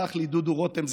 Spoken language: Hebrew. שח לי דודו רותם,